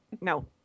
no